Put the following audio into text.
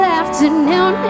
afternoon